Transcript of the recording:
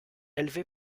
élevé